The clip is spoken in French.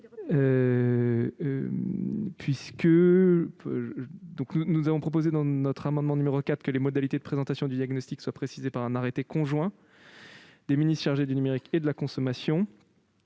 nous avons proposé- tel est l'objet de l'amendement n° 4 -que les modalités de présentation du diagnostic soient précisées par un arrêté conjoint des ministres chargés du numérique et de la consommation.